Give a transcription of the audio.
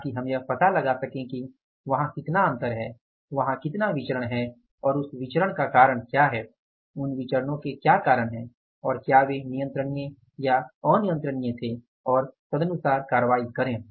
ताकि हम यह पता लगा सके कि वहाँ कितना अंतर है वहाँ कितना विचरण है और उस विचरण का कारण क्या है उन विचरणो के क्या कारण हैं और क्या वे नियंत्रणीय या बेकाबू थे और तदनुसार कार्यवाही करें